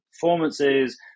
performances